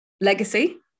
legacy